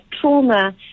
trauma